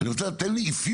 אני רוצה, תן לי אפיון,